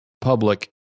public